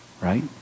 Right